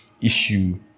issue